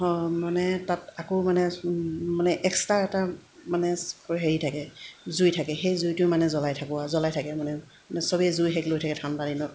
মানে তাত আকৌ মানে মানে এক্সট্ৰা এটা মানে হেৰি থাকে জুই থাকে সেই জুইটো মানে জ্বলাই থাকোঁ আৰু জ্বলাই থাকে মানে মানে সবেই জুই শেষ লৈ থাকে ঠাণ্ডা দিনত